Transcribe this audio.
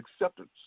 acceptance